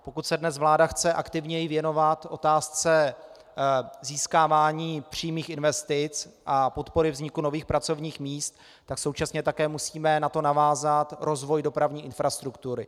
Pokud se dnes vláda chce aktivněji věnovat otázce získávání přímých investic a podpory vzniku nových pracovních míst, tak současně také musíme na to navázat rozvoj dopravní infrastruktury.